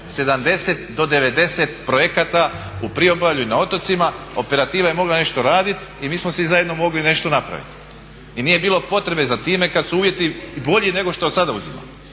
70 do 90 projekata u priobalju i na otocima, operativa je mogla nešto raditi i mi smo svi zajedno mogli nešto napraviti. I nije bilo potrebe za time kada su uvjeti i bolji nego što sada uzimamo.